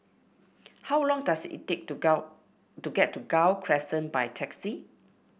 how long does it take to Gul to get to Gul Crescent by taxi